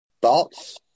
thoughts